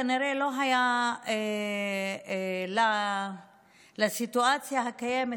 כנראה לסיטואציה הקיימת,